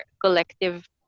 collective